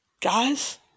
Guys